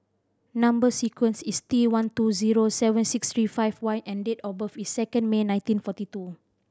number sequence is T one two zero seven six three five Y and date of birth is second May nineteen forty two